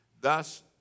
Thus